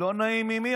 לא נעים ממי?